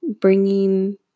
bringing